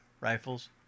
rifles